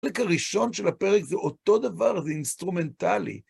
החלק הראשון של הפרק זה אותו דבר, זה אינסטרומנטלי.